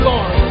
Lord